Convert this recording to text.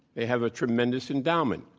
they have a tremendous endowment.